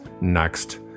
next